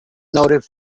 noted